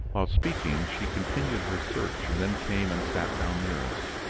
while speaking, she continued her search and then came and sat down near us.